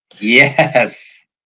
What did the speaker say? Yes